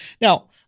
Now